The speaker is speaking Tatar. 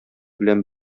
белән